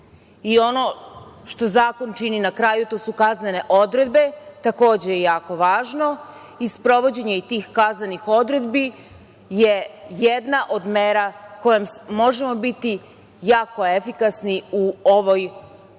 što zakon čini na kraju, to su kaznene odredbe. Takođe je jako važno i sprovođenje tih kaznenih odredbi je jedna od mera kojom možemo biti jako efikasni u ovoj jako